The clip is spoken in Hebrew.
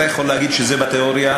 אתה יכול להגיד שזה בתיאוריה,